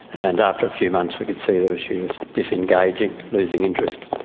and after a few months we could see that she was disengaging, losing interest,